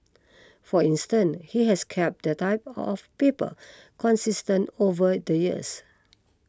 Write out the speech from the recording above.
for instance he has kept the type of paper consistent over the years